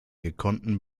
gekonnten